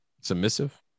Submissive